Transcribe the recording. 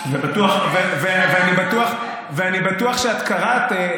ואני בטוח שאת קראת,